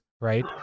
right